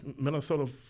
Minnesota –